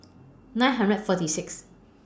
nine hundred and forty six